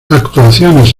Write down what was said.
actuaciones